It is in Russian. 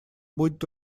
будет